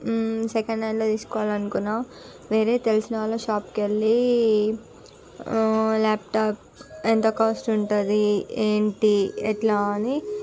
second హ్యాండ్లో తీసుకోవాలనుకున్నా వేరే తెలిసిన వాళ్ళ షాప్ కెళ్ళి ల్యాప్టాప్ ఎంత కాస్ట్ ఉంటది ఏంటి ఎట్లా అని